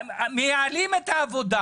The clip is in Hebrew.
מייעלים את העבודה